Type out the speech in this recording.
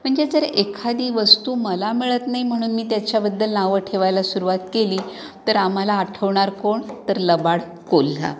म्हणजे जर एखादी वस्तू मला मिळत नाही म्हणून मी त्याच्याबद्दल नावं ठेवायला सुरूवात केली तर आम्हाला आठवणार कोण तर लबाड कोल्हा